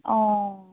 অঁ